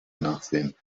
nachsehen